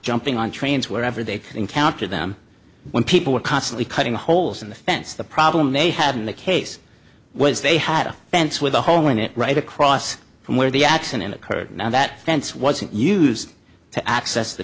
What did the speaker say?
jumping on trains where ever they encounter them when people were constantly cutting holes in the fence the problem they had in the case was they had a fence with a hole in it right across from where the accident occurred now that fence wasn't used to access the